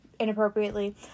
inappropriately